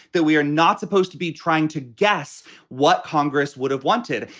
that we are not supposed to be trying to guess what congress would have wanted.